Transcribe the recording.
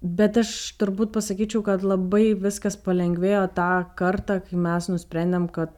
bet aš turbūt pasakyčiau kad labai viskas palengvėjo tą kartą kai mes nusprendėm kad